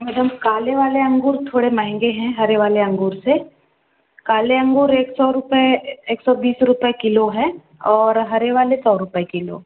madam काले वाले अंगूर थोड़े महंगे हैं हरे वाले अंगूर से काले अंगूर एक सौ रुपये एक सौ बीस रुपये किलो हैं और हरे वाले सौ रुपये किलो